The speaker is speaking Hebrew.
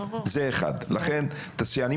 זה דבר אחד.